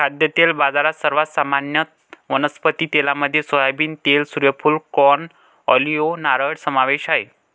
खाद्यतेल बाजारात, सर्वात सामान्य वनस्पती तेलांमध्ये सोयाबीन तेल, सूर्यफूल, कॉर्न, ऑलिव्ह, नारळ समावेश आहे